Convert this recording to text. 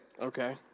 Okay